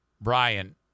Brian